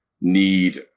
need